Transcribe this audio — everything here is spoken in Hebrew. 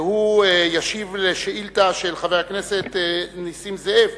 והוא ישיב על השאילתא של חבר הכנסת נסים זאב,